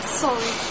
sorry